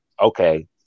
okay